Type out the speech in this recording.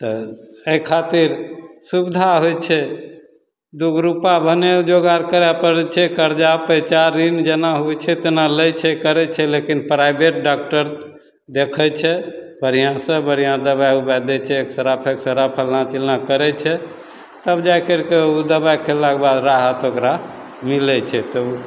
तऽ एहि खातिर सुविधा होइ छै दुइगो रुपा भने जोगार करै पड़ै छै करजा पैँचा ऋण जेना होइ छै तेना लै छै करै छै लेकिन प्राइवेट डाकटर देखै छै बढ़िआँसे बढ़िआँ दवाइ उवाइ दै छै एक्सरा फेक्सरा फल्लाँ चिल्लाँ करै छै तब जा करिके ओ दवाइ खएलाके बाद तब राहत ओकरा मिलै छै तऽ ओ